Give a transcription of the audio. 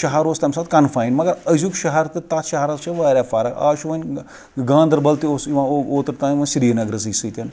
شَہَر اوس تَمہِ ساتہٕ کَنفایِنٛڈ أزیُک شَہَر تہِ تَتھ شَہَرَس چھِ واریاہ فرق آز چھُ وۄنۍ گانٛدَربل تہِ اوس یِوان اوترٕ تانۍ سِریٖنَگرَسٕے سۭتۍ